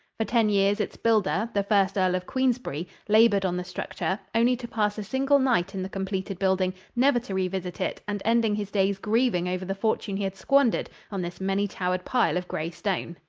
for ten years its builder, the first earl of queensbury, labored on the structure, only to pass a single night in the completed building, never to revisit it, and ending his days grieving over the fortune he had squandered on this many-towered pile of gray stone.